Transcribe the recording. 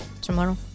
Tomorrow